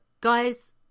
guys